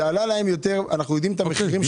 אנחנו יודעים את המחירים.